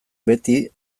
beti